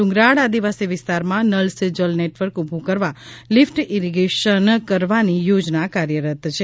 ડુંગરાળ આદિવાસી વિસ્તારમાં નલ સે જલ નેટવર્ક ઉભું કરવા લિફ્ટ ઈરીગેશન કરવાની યોજના કાર્યરત છે